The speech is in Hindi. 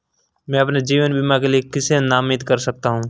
मैं अपने जीवन बीमा के लिए किसे नामित कर सकता हूं?